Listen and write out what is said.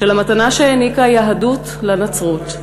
של המתנה שהעניקה היהדות לנצרות,